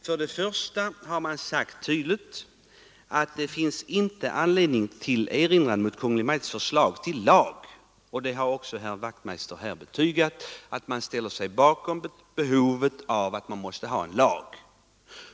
Först och främst säger reservanterna tydligt att det inte finns någon anledning till erinran mot Kungl. Maj:ts förslag till lag. Herr Wachtmeister har också här intygat att man ställer sig bakom tanken på en lag.